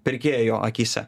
pirkėjo akyse